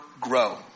grow